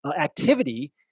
activity